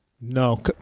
No